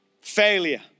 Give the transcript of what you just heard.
failure